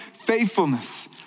faithfulness